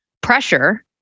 pressure